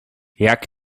jak